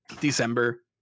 December